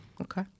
okay